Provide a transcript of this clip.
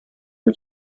del